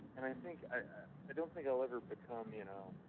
and i think i i don't think i'll ever become you know,